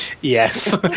Yes